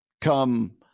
come